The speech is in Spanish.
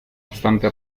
obstante